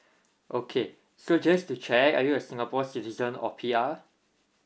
okay so just to check are you a singapore citizen or P R